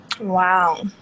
Wow